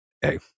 hey